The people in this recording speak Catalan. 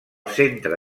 centre